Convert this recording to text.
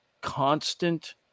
constant